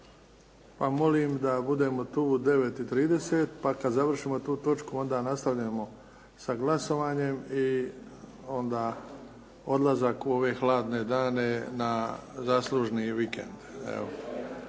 pa molim da budemo tu u 9 i 30, pa kad završimo tu točku onda nastavljamo sa glasovanje i onda odlazak u ove hladne dane na zaslužni vikend.